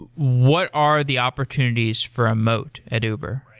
what are the opportunities for a moat at uber?